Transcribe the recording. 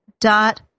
dot